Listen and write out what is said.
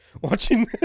watching